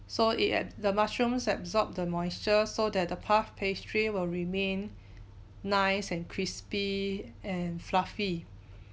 so it at the mushrooms absorbed the moisture so that the puff pastry will remain nice and crispy and fluffy